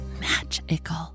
magical